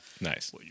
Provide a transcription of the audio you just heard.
Nice